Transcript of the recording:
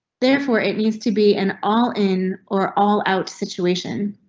therefore it needs to be an all in or all out situation.